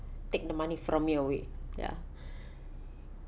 take the money from you away ya